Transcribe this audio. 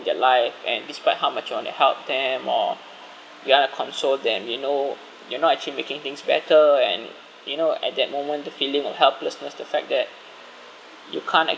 in their life and despite how much you want to help them or you want to console them you know you're not actually making things better and you know at that moment the feeling of helplessness the fact that you can't